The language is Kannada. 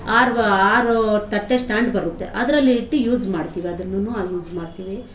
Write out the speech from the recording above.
ಆರು ಆರು ತಟ್ಟೆ ಸ್ಟ್ಯಾಂಡ್ ಬರುತ್ತೆ ಅದ್ರಲ್ಲಿ ಇಟ್ಟು ಯೂಸ್ ಮಾಡ್ತಿವಿ ಅದನ್ನು ಆ ಯೂಸ್ ಮಾಡ್ತಿವಿ